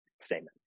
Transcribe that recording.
statement